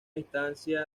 distancia